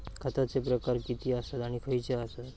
खतांचे प्रकार किती आसत आणि खैचे आसत?